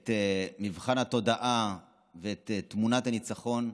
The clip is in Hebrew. את מבחן התודעה ואת תמונת הניצחון,